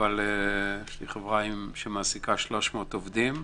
יש לי חברה שמעסיקה 300 עובדים.